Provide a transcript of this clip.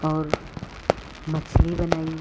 और मछली बनाई